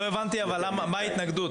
אבל לא הבנתי מה ההתנגדות.